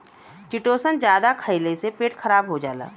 chitosan जादा खइले से पेट खराब हो जाला